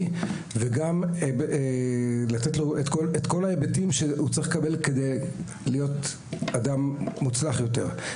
וגם לתת לו את כל ההיבטים שיאפשרו לו להיות אדם מוצלח יותר.